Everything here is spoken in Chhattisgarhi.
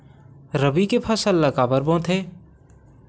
रबी के फसल ला काबर बोथे?